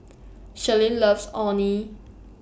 Sherlyn loves Orh Nee